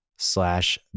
slash